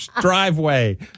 driveway